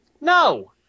No